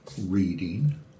reading